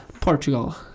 Portugal